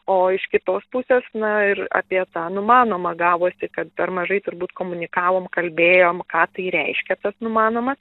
o iš kitos pusės na ir apie tą numanomą gavosi kad per mažai turbūt komunikavom kalbėjom ką tai reiškia tas numanoma